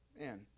Man